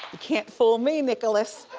can't fool me, nicholas